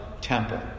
temple